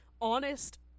honest